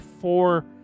four